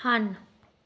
ਹਨ